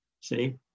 See